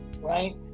right